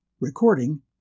Recording